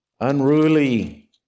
unruly